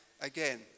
again